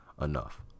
enough